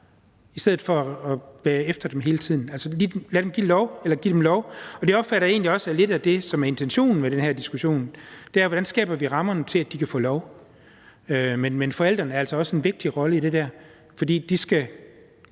i stedet for at man skal være efter dem hele tiden, altså at man giver dem lov. Og det opfatter jeg egentlig også lidt er det, som er intentionen med den her diskussion, altså hvordan vi skaber rammerne til, at de kan få lov? Men forældrene har altså også en vigtig rolle i det der, fordi de skal